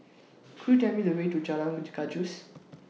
Could YOU Tell Me The Way to Jalan Gajus